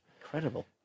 Incredible